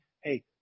Hey